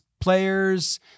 players